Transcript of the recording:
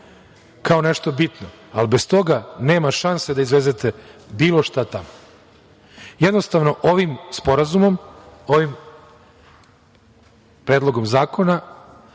kao nešto bitno, ali bez toga nema šanse da izvezete bilo šta tamo. Jednostavno ovim sporazumom, ovim Predlogom zakona